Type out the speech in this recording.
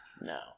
No